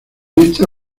esta